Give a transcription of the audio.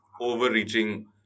overreaching